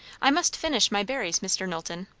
i must finish my berries, mr. knowlton.